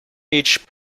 each